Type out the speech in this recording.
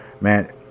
Man